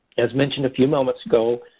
as mentioned a few moments ago,